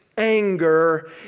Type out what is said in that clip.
Anger